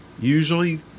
Usually